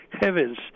heavens